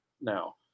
now